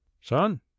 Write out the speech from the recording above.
son